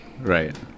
right